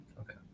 Okay